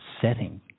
setting